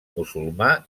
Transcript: musulmà